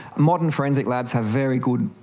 modern forensic labs have very good,